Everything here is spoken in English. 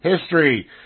history